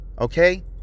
Okay